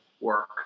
work